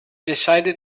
decided